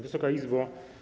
Wysoka Izbo!